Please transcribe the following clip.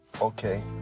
okay